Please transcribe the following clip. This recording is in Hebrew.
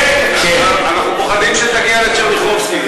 אנחנו פוחדים שתגיע לטשרניחובסקי,